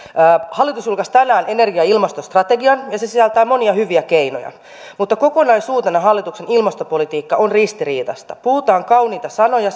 hallitus julkaisi tänään energia ja ilmastostrategian ja se sisältää monia hyviä keinoja mutta kokonaisuutena hallituksen ilmastopolitiikka on ristiriitaista puhutaan kauniita sanoja